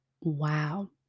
wow